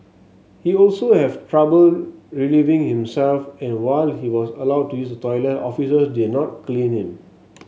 he also has trouble relieving himself and while he was allowed to use toilet officers did not clean him